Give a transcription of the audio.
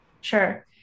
Sure